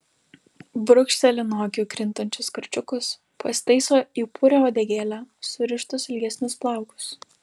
brūkšteli nuo akių krintančius karčiukus pasitaiso į purią uodegėlę surištus ilgesnius plaukus